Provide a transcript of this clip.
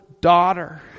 daughter